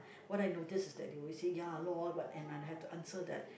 what I notice is that they always say ya lor but and I'll have to answer that